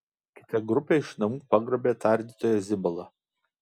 kita grupė iš namų pagrobė tardytoją zibalą